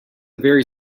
very